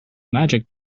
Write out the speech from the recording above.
magic